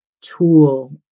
tool